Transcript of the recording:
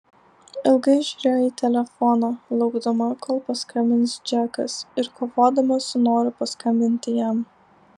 ilgai žiūrėjo į telefoną laukdama kol paskambins džekas ir kovodama su noru paskambinti jam